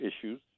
issues